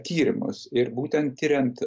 tyrimus ir būtent tiriant